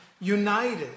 united